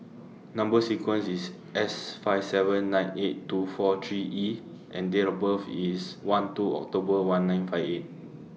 Number sequence IS S five seven nine eight two four three E and Date of birth IS one two October one nine five eight